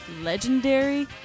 legendary